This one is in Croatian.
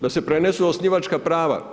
Da se prenesu osnivačka prava